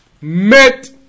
met